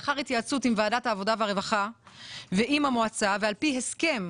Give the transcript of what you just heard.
לאחר התייעצות עם ועדת העבודה והרווחה ועם המועצה ועל פי הסכם